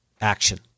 action